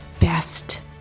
best